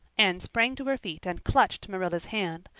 anne sprang to her feet and clutched marilla's hand.